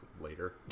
later